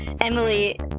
Emily